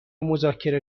مذاکره